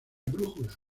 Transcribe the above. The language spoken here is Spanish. brújula